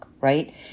right